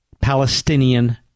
Palestinian